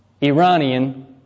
Iranian